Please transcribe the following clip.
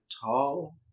tall